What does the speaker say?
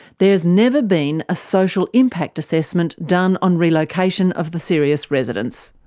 there has never been a social impact assessment done on relocation of the sirius residents.